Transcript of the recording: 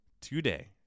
today